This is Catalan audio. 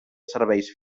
serveis